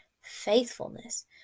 faithfulness